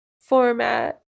format